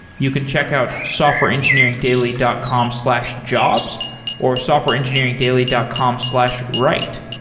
you can check out softwareengineeringdaily dot com slash jobs or softwareengineeringdaily dot com slash write.